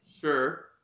Sure